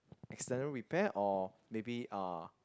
external repair or maybe uh